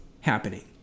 happening